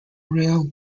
rail